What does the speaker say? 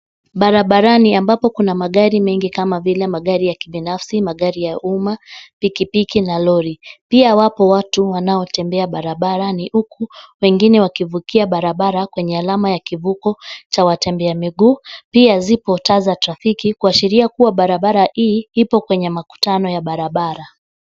Barabarani ambapo kuna magari mengi kama vile magari ya kibinafsi, magari ya umma, pikipiki na lori. Pia wapo watu wanaotembea barabarani huku wengine wakivukia barabara kwenye alama ya kivuko cha watembea miguu. Pia zipo taa za trafiki kuashiria kuwa barabara hii ipo kwenye makutano ya barabara.